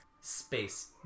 Space